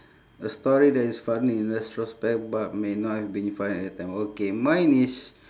a story that is funny in retrospect but may not have been funny at that time okay mine is